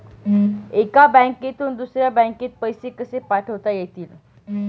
एका बँकेतून दुसऱ्या बँकेत पैसे कसे पाठवता येतील?